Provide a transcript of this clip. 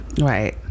Right